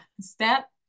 step